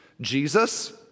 Jesus